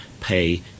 pay